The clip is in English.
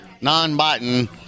non-biting